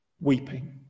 weeping